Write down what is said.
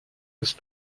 was